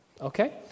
Okay